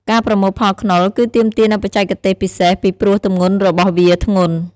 ការប្រមូលផលខ្នុរគឺទាមទារនូវបច្ចេកទេសពិសេស ពីព្រោះទម្ងន់របស់វាធ្ងន់។